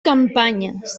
campanyes